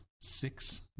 Six